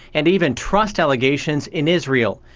and even trust allegations in israel.